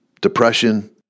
depression